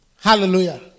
Hallelujah